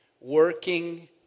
working